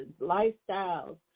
lifestyles